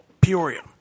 Peoria